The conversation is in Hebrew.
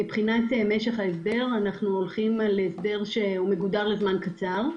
מבחינת משך ההסדר אנחנו הולכים על הסדר שמגודר לזמן קצר.